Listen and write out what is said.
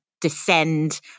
descend